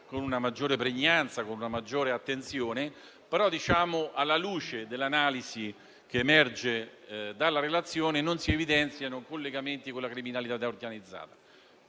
con una maggiore pregnanza e con una maggiore attenzione. Alla luce dell'analisi che emerge dalla relazione, però, non si evidenziano collegamenti con la criminalità organizzata.